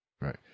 Right